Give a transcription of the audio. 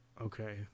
Okay